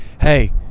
Hey